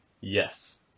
Yes